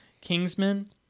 Kingsman